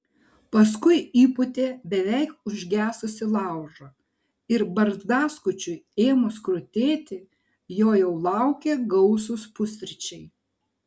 paskui įpūtė beveik užgesusį laužą ir barzdaskučiui ėmus krutėti jo jau laukė gausūs pusryčiai